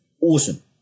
Awesome